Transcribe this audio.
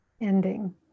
ending